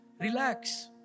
Relax